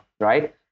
right